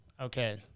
Okay